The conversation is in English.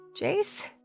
Jace